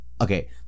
Okay